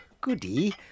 goody